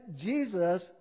Jesus